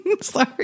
Sorry